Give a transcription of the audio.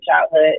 childhood